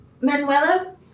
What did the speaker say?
Manuela